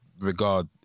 regard